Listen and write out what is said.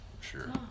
sure